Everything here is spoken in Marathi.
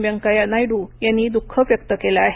व्यंकय्या नायडू यांनी दुःख व्यक्त केलं आहे